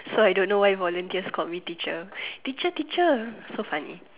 so I don't know why volunteers called me teacher teacher teacher so funny